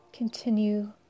Continue